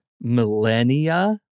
millennia